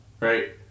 Right